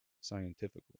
Scientifical